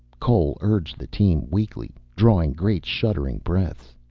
cole urged the team weakly, drawing great shuddering breaths.